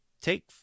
take